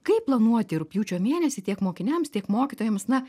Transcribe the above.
kaip planuoti rugpjūčio mėnesį tiek mokiniams tiek mokytojams na